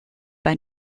bei